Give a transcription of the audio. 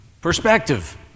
Perspective